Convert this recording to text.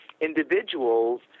individuals